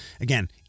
again